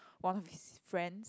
one of his friends